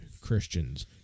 Christians